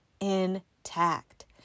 intact